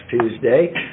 Tuesday